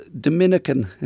Dominican